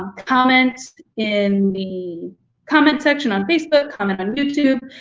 comment in the comment section on facebook, comment on youtube,